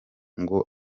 ngo